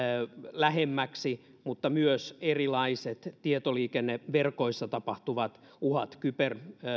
lähemmäksi mutta myös erilaiset tietoliikenneverkoissa tapahtuvat uhat kyber